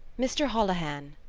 mr holohan,